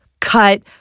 cut